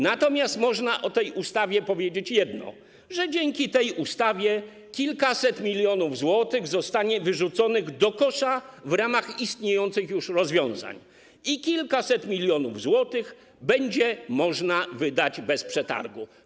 Natomiast można o tej ustawie powiedzieć jedno: że dzięki niej kilkaset milionów złotych zostanie wyrzuconych do kosza w ramach istniejących już rozwiązań i kilkaset milionów złotych będzie można wydać bez przetargów.